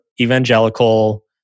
evangelical